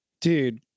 dude